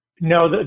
No